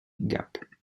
gap